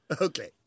okay